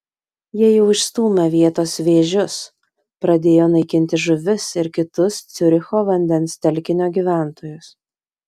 jie jau išstūmė vietos vėžius pradėjo naikinti žuvis ir kitus ciuricho vandens telkinio gyventojus